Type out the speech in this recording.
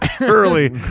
early